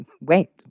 wait